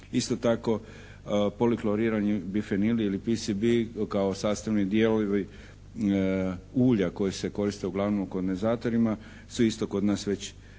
Isto tako poliklorirani bifenili ili PCB kao sastavni dijelovi ulja koje se koriste uglavnom u kondenzatorima su isto kod nas već